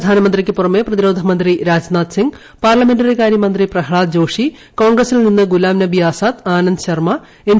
പ്രധാനമന്ത്രിക്കു പുറമെ പ്രതിരോധമന്ത്രി രാജ്നാഥ് സിംഗ് പാർലമെന്ററികാര്യ മന്ത്രി പ്രഹ്താദ് ജോഷി കോൺഗ്രസിൽ നിന്ന് ഗുലാം നബി ആസാദ് ആന്ദന്ദ് ശർമ എൻ